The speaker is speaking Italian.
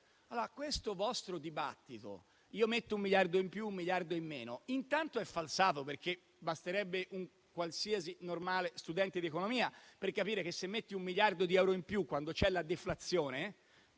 Questo vostro dibattito sul mettere un miliardo in più o un miliardo in meno intanto è falsato, perché basterebbe un qualsiasi normale studente di economia per capire che mettere un miliardo di euro in più quando c'è la deflazione